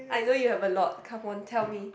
I know you have a lot come on tell me